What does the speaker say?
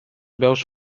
veus